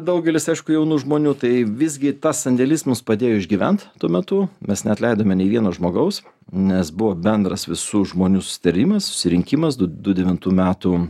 daugelis aišku jaunų žmonių tai visgi tas sandėlys mums padėjo išgyvent tuo metu mes neatleidome nei vieno žmogaus nes buvo bendras visų žmonių susitarimas susirinkimas du du devintų metų